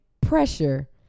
pressure